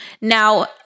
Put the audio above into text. Now